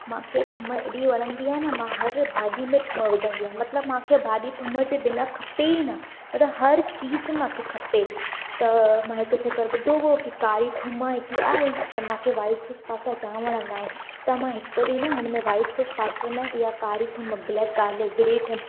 मांखे थूम हेॾी वणंदी आहे न मां हर भाॼी में थूम विझंदी आहे मतिलबु मांखे भाॼी थूम जे बिना खपे ई न मतिलबु हर चीज़ मांखे खपे त मां हिकु जिकर ॿुधो हुओ कि कारी थूम हिकु आहे त मांखे वाइट सॉस पास्ता जाम वणंदा आहिनि त मां हिकु ॾींहुं न हुन में वाइट सॉस पास्ता में इहा कारी थूम ब्लेक गार्लिक